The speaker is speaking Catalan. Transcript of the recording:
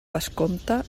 vescomte